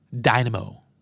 dynamo